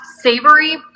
savory